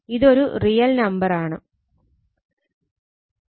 ഇത് ഒരു real number ആണ്